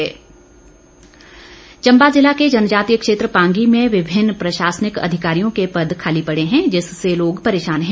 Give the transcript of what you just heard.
society Chamba जिला के जनजातीय क्षेत्र पांगी में विभिन्न प्रशासनिक अधिकारियों के पद खाली पड़े हैं जिससे लोग परेशान हैं